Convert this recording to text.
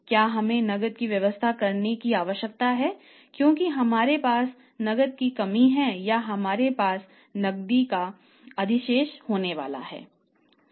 क्या हमें नकदी की व्यवस्था करने की आवश्यकता है क्योंकि हमारे पास नकदी की कमी है या हमारे पास नकदी का अधिशेष होने वाला है